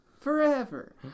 forever